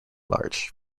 large